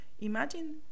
Imagine